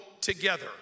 together